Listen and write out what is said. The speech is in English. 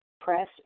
press